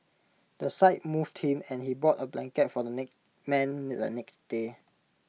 the sight moved him and he bought A blanket for the man the next day